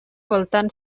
voltant